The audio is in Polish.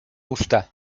usta